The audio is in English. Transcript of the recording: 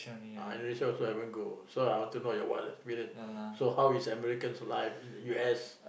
I Indonesia also haven't go so I want to know your wild experience so how is Americans' life in the U_S